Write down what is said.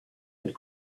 and